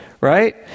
right